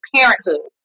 parenthood